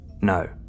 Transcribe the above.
No